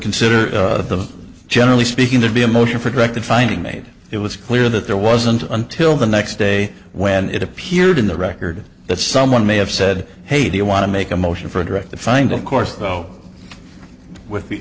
consider the generally speaking to be a motion for directed finding made it was clear that there wasn't until the next day when it appeared in the record that someone may have said hey do you want to make a motion for direct the find of course though with the